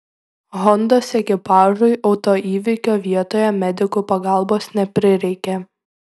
hondos ekipažui autoįvykio vietoje medikų pagalbos neprireikė